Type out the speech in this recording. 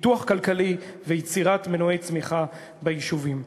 פיתוח כלכלי ויצירת מנועי צמיחה ביישובים.